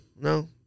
No